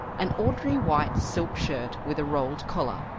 an ordinary white silk shirt with a rolled collar,